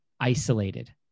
isolated